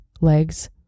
legs